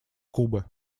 кубы